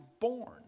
born